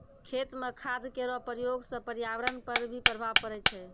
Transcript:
खेत म खाद केरो प्रयोग सँ पर्यावरण पर भी प्रभाव पड़ै छै